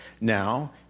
now